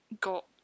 got